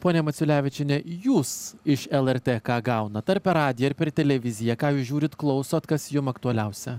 ponia maciulevičiene jūs iš lrt ką gaunat ar per radiją ar per televiziją ką jūs žiūrit klausot kas jums aktualiausia